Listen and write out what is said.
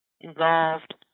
involved